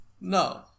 No